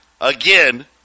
Again